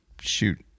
shoot